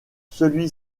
celui